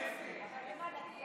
הכנסת.